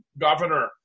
governor